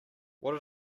what